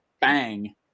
Bang